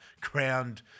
crowned